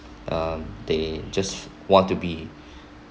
uh they just want to be